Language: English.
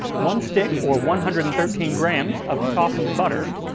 one stick or one hundred and thirteen grams of softened butter,